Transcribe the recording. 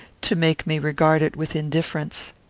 to make me regard it with indifference.